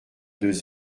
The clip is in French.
deux